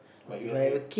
but you are very